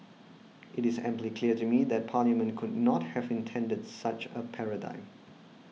it is amply clear to me that Parliament could not have intended such a paradigm